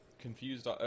confused